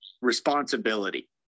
responsibility